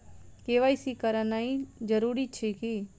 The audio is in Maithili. के.वाई.सी करानाइ जरूरी अछि की?